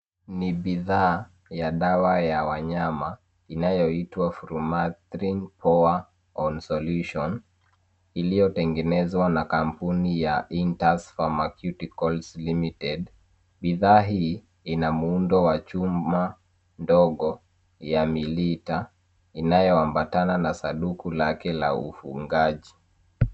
Hii ni kifaa cha dawa ya wanyama. Kifaa hiki kimetengenezwa kwa chuma kidogo cha mililita, na kimeambatanishwa na sanduku la plastiki maalum la kufungia.